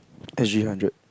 S G hundred